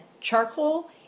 charcoal